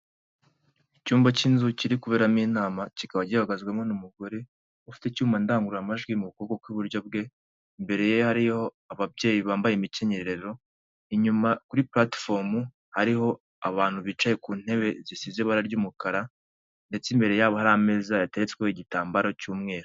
Icyumba cy'inzu kiri kuberamo inama kikaba gihagazwemo n'umugore ufite icyuma ndangururamajwi mu kuboko kw'iburyo bwe imbere ye hariyo ababyeyi bambaye imikenyerero inyuma kuri pulatifomu hariho abantu bicaye ku ntebe zisize ibara ry'umukara ndetse imbere yabo hari ameza yateretsweho igitambaro cy'umweru.